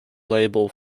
label